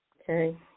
okay